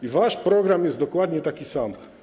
I wasz program jest dokładnie taki sam.